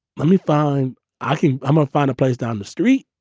let me find i can um ah find a place down the street.